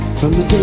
from the